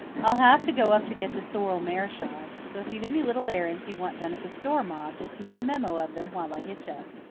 i'll have to go up to get the sorrel mare shod. so, if you've any little errands you want done at the store, ma, just make a memo of them while i hitch up.